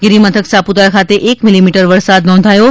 ગિરિમથક સાપુતારા ખાતે એક મીલીમીટર વરસાદ નોંધાયો છે